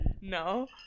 No